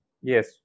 Yes